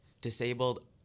Disabled